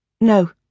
No